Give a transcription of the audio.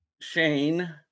Shane